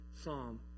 psalm